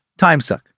timesuck